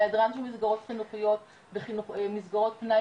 היעדרן של מסגרות חינוכיות ומסגרות פנאי